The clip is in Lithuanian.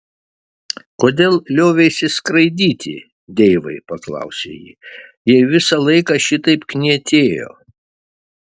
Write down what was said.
kodėl lioveisi skraidyti deivai paklausė ji jei visą laiką šitaip knietėjo